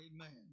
Amen